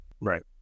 Right